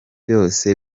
bose